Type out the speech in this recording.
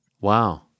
Wow